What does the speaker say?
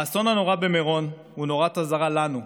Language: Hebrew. האסון הנורא במירון הוא נורת אזהרה לנו,